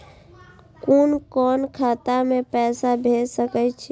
कुन कोण खाता में पैसा भेज सके छी?